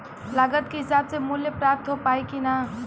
लागत के हिसाब से मूल्य प्राप्त हो पायी की ना?